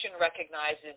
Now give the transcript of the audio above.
recognizes